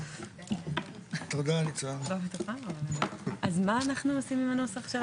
אז מה אנחנו עושים עם הנוסח?